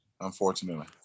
Unfortunately